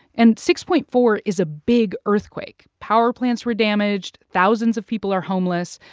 and six point four is a big earthquake. power plants were damaged, thousands of people are homeless.